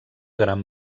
gran